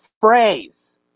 phrase